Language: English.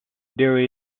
there